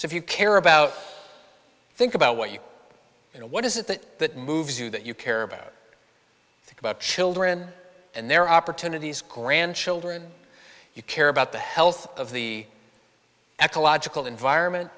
so if you care about think about what you you know what is it that that moves you that you care about about children and their opportunities grandchildren you care about the health of the ecological environment